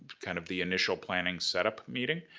kind of the initial planning set up meeting.